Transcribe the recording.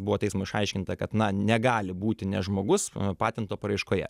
buvo teismo išaiškinta kad na negali būti ne žmogus patento paraiškoje